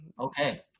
Okay